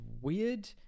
weird